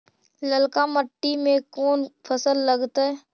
ललका मट्टी में कोन फ़सल लगतै?